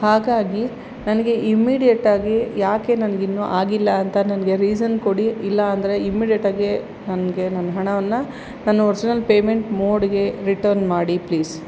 ಹಾಗಾಗಿ ನನಗೆ ಇಮ್ಮಿಡಿಯೇಟ್ಟಾಗಿ ಯಾಕೆ ನನಗಿನ್ನು ಆಗಿಲ್ಲ ಅಂತ ನನಗೆ ರೀಸನ್ ಕೊಡಿ ಇಲ್ಲಾಂದರೆ ಇಮ್ಮಿಡಿಯೇಟಾಗೆ ನನಗೆ ನನ್ನ ಹಣವನ್ನು ನನ್ನ ಒರಿಜಿನಲ್ ಪೇಮೆಂಟ್ ಮೋಡಿಗೆ ರಿಟರ್ನ್ ಮಾಡಿ ಪ್ಲೀಸ್